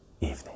evening